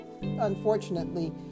unfortunately